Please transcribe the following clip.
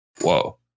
whoa